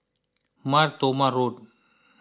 Mar Thoma Road